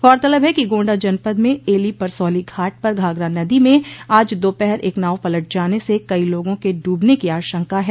गौरतलब है कि गोण्डा जनपद में एली परसौली घाट पर घाघरा नदी में आज दोपहर एक नाव पलट जाने से कई लोगों के डूबने की आशंका है